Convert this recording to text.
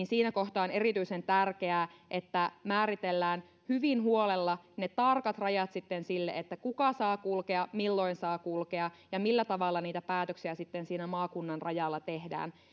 siinä kohtaa on erityisen tärkeää että määritellään hyvin huolella ne tarkat rajat sitten sille kuka saa kulkea milloin saa kulkea ja millä tavalla niitä päätöksiä sitten siinä maakunnan rajalla tehdään